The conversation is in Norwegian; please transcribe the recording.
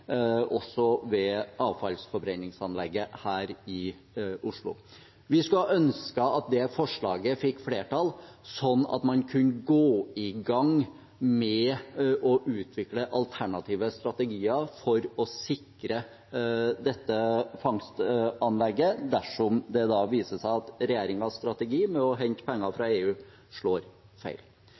også ved avfallsforbrenningsanlegget her i Oslo. Vi skulle ønske at det forslaget fikk flertall, sånn at man kunne gå i gang med å utvikle alternative strategier for å sikre dette fangstanlegget dersom det viser seg at regjeringens strategi med å hente penger fra EU slår feil.